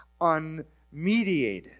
unmediated